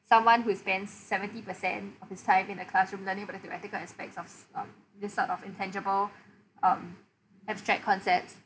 someone who has spent seventy percent of his time in a classroom learning mathematical aspects of this sort of intangible um abstract concepts